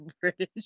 British